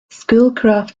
schoolcraft